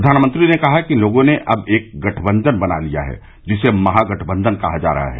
प्रधानमंत्री ने कहा कि इन लोगों ने अब एक गठबंधन बना लिया है जिसे महागठबंधन कहा जा रहा है